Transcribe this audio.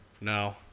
No